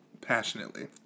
passionately